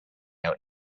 out